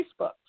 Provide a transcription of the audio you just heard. Facebook